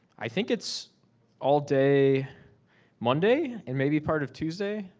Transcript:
i think it's all day monday. and maybe part of tuesday?